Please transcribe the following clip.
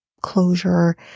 closure